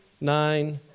Nine